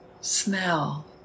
smell